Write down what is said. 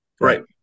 right